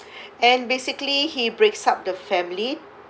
and basically he breaks up the family